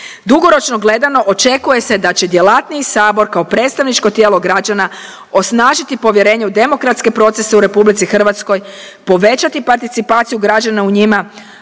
Dugoročno gledano očekuje se da će djelatniji Sabor kao predstavničko tijelo građana osnažiti povjerenje u demokratske procese u RH, povećati participaciju građana u njima,